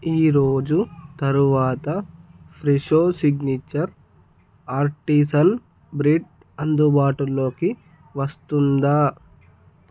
ఈరోజు తరువాత Fresho signature artisan bread అందుబాటులోకి వస్తుందా